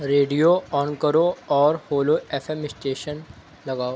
radio on کرو اور ہولو ایف ایم اسٹیشن لگاؤ